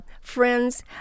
friends